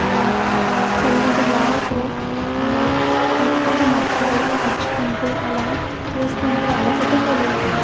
చల్లటి గాలితో మెత్తటి మట్టిలో నడుచుకుంటూ అలా చేస్తుంటే అలసట తెలియదు